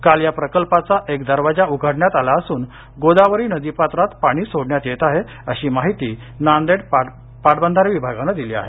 काल या प्रकल्पाचा एक दरवाजा उघडण्यात आला असून गोदावरी नदीपात्रात पाणी सोडण्यात येत आहे अशी माहिती नांदेड पाटबंधारे विभागाने दिली आहे